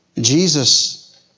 Jesus